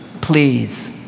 Please